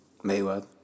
Mayweather